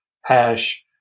hash